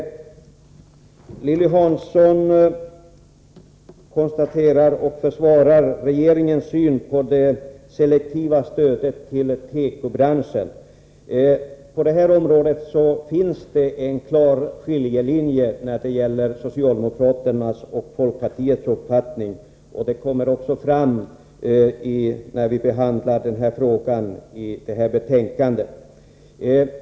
Lilly Hansson försvarar regeringens syn på det selektiva stödet till tekobranschen. På detta område finns en klar skiljelinje mellan socialdemokraternas och folkpartiets uppfattning, och den har också kommit fram i utskottsbehandlingen.